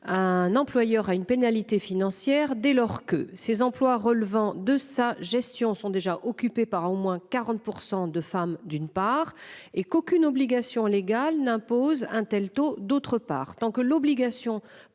Un employeur à une pénalité financière dès lors que ces emplois relevant de sa gestion sont déjà occupés par à au moins 40% de femmes, d'une part et qu'aucune obligation légale n'impose un tel taux d'autre part,